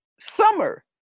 summer